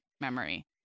Memory